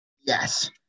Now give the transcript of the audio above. yes